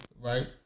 Right